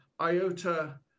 iota